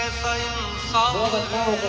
या बँकांमध्ये कर्जही उपलब्ध आहे